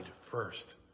first